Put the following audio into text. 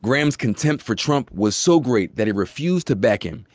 graham's contempt for trump was so great that he refused to back him,